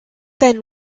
then